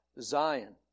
Zion